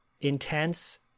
intense